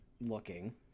looking